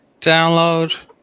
Download